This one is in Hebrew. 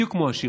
בדיוק כמו בשיר.